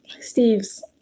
Steve's